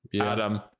Adam